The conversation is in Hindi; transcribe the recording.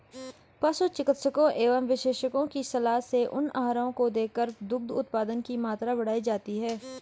पशु चिकित्सकों एवं विशेषज्ञों की सलाह से उन आहारों को देकर दुग्ध उत्पादन की मात्रा बढ़ाई जाती है